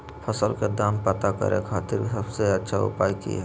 फसल के दाम पता करे खातिर सबसे अच्छा उपाय की हय?